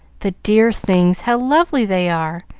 the dear things, how lovely they are!